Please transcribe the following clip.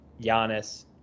Giannis